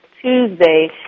Tuesday